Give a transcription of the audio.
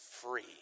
free